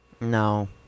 No